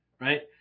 right